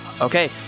Okay